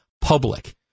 public